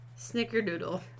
Snickerdoodle